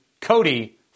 Cody